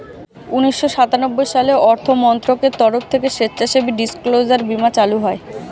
উন্নিশো সাতানব্বই সালে অর্থমন্ত্রকের তরফ থেকে স্বেচ্ছাসেবী ডিসক্লোজার বীমা চালু হয়